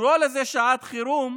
לקרוא לזה "שעת חירום"